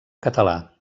català